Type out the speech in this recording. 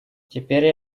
теперь